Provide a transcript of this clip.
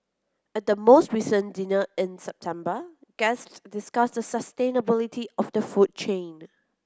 at the most recent dinner in September guests discussed the sustainability of the food chain